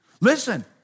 listen